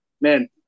Man